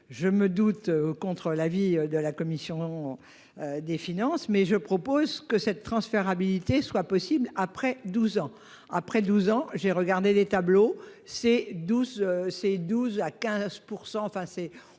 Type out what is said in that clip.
je me doute. Contre l'avis de la commission. Des finances mais je propose que cette transférabilité soit possible après 12 ans, après 12 ans, j'ai regardé des tableaux c'est 12 c'est 12 à 15% enfin c'est